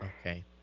Okay